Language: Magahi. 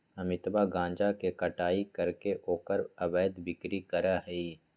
अमितवा गांजा के कटाई करके ओकर अवैध बिक्री करा हई